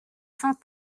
sans